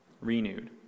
renewed